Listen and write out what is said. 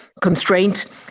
constraint